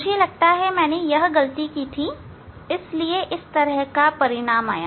मुझे लगता है मैंने यह गलती की थी इसलिए इस तरह का परिणाम आया